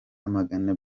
amagana